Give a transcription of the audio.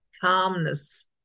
calmness